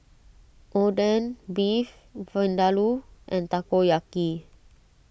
Oden Beef Vindaloo and Takoyaki